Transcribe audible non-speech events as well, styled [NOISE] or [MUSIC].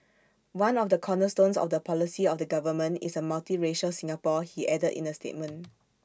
one of the cornerstones of the policy of the government is A multiracial Singapore he added in A statement [NOISE]